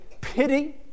pity